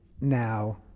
now